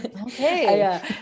Okay